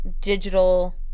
digital